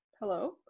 hello